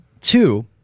two